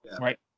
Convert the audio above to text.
Right